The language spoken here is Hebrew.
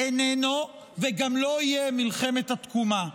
איננו וגם לא יהיה מלחמת התקומה.